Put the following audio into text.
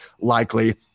likely